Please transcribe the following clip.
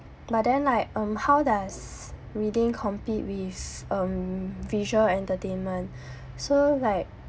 but then like um how does reading compete with um visual entertainment so like